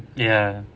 ya